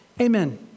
amen